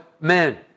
men